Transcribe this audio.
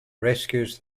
rescues